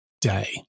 day